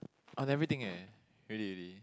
on everything eh really really